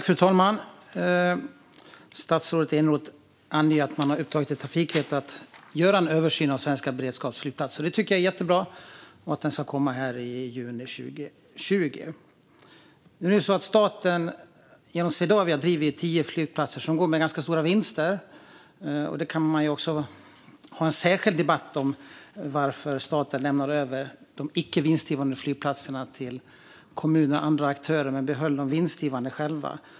Fru talman! Statsrådet Eneroth anger att man har uppdragit åt Trafikverket att göra en översyn av svenska beredskapsflygplatser, vilket jag tycker är jättebra, och att den ska vara klar i juni 2020. Staten driver via Swedavia tio flygplatser som går med ganska stora vinster. Man kan ha en särskild debatt om varför staten lämnat över de icke vinstdrivande flygplatserna till kommuner och andra aktörer men själv behållit de vinstdrivande.